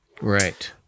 Right